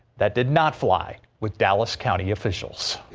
that did not fly with dallas county officials.